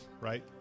right